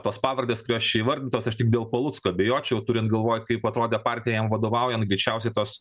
tos pavardės kurios čia įvardintos aš tik dėl palucko abejočiau turint galvoj kaip atrodė partija jam vadovaujant greičiausiai tos